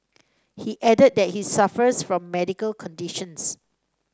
he added that he suffers from medical conditions